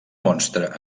monstre